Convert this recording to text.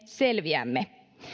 selviämme